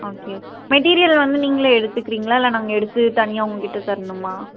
okay okay material வந்து நீங்களே எடுத்துக்குறீங்களா நாங்கள் எடுத்து தனியாக உங்கள் கிட்ட தர்ணுமா